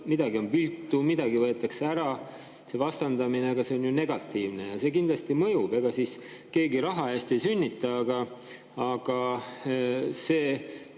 midagi on viltu, midagi võetakse ära. See vastandamine on negatiivne ja see kindlasti mõjub. Ega siis keegi raha eest ei sünnita, aga see,